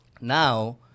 Now